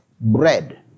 bread